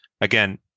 again